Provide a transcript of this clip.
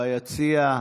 ביציע,